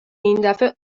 ایندفعه